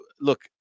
look